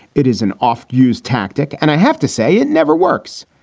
it is an oft used tactic. and i have to say it never works.